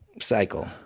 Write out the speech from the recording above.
cycle